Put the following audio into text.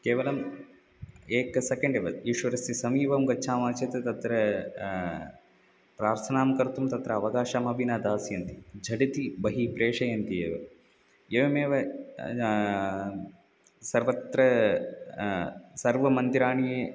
केवलं एकं सेकेण्डेव ईश्वरस्य समीपं गच्छामः चेत् तत्र प्रार्थनां कर्तुं तत्र अवकाशमपि न दास्यन्ति झटिति बहिः प्रेशयन्ति एव एवमेव सर्वत्र सर्वमन्दिराणि